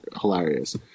hilarious